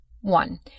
One